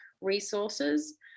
resources